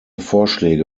vorschläge